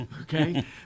okay